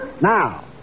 Now